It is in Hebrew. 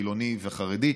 חילוני וחרדי,